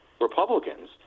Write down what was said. Republicans